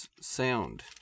sound